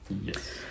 Yes